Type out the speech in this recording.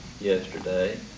yesterday